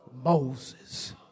Moses